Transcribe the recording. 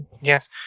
Yes